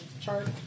chart